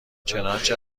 چنانچه